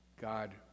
God